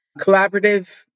collaborative